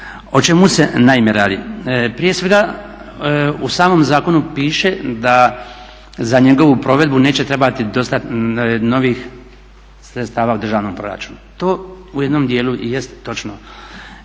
O čemu sa naime radi? Prije svega u samom zakonu piše da za njegovu provedbu neće trebati dosta novih sredstava u državnom proračunu. To u jednom djelu i jest točno